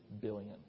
billion